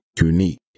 unique